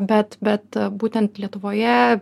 bet bet būtent lietuvoje